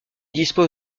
dispose